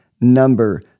number